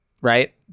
Right